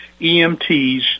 EMTs